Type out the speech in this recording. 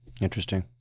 interesting